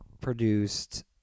produced